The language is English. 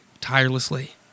Tirelessly